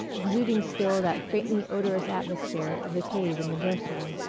exuding still that faintly odorous atmosphere of the cave and the nursery.